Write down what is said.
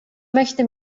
möchte